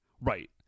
Right